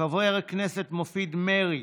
חבר הכנסת מופיד מרעי,